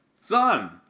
Son